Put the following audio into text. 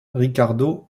ricardo